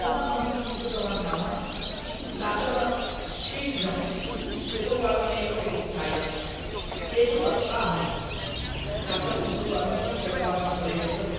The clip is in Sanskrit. तदा अहं किं कृतवान् नाम प्रातः शीघ्रं चतुर्वादने एव उत्थाय एकसप्ताहं प्रातः चतुर्वादनतः षड्वादनपर्यन्तम्